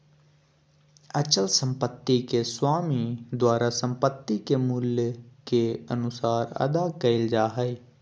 अचल संपत्ति के स्वामी द्वारा संपत्ति के मूल्य के अनुसार अदा कइल जा हइ